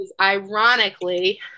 Ironically